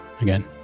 again